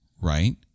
Right